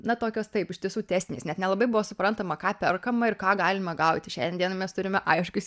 na tokios taip iš tiesų testinės net nelabai buvo suprantama ką perkama ir ką galima gauti šiandien dienai mes turime aiškius